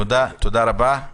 תודה רבה.